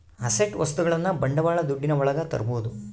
asset ವಸ್ತುಗಳನ್ನ ಬಂಡವಾಳ ದುಡ್ಡಿನ ಒಳಗ ತರ್ಬೋದು